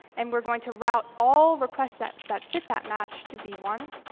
and we're going to route all requests that that fit that match to v one.